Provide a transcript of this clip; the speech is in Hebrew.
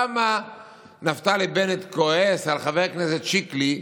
כמה נפתלי בנט כועס על חבר הכנסת שיקלי,